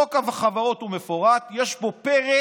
חוק החברות הוא מפורט, ויש בו פרק